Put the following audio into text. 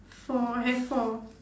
four I have four